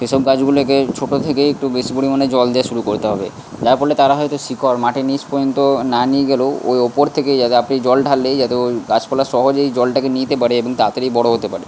সে সব গাছগুলোকে ছোট থেকেই একটু বেশি পরিমাণে জল দেওয়া শুরু করতে হবে যার ফলে তারা হয়তো শিকড় মাটির নিচ পর্যন্ত না নিয়ে গেলেও ওই ওপর থেকেই যাতে আপনি জল ঢাললেই যাতে ওই গাছপালা সহজেই জলটাকে নিতে পারে এবং তাড়াতাড়ি বড়ো হতে পারে